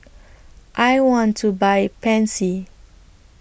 I want to Buy Pansy